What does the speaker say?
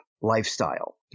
lifestyle